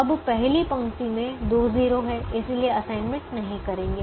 अब पहली पंक्ति में दो 0 हैं इसलिए असाइनमेंट नहीं करेंगे